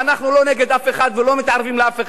אנחנו לא נגד אף אחד ולא מתערבים לאף אחד,